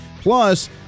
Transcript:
Plus